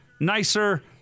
nicer